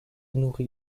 nourrit